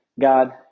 God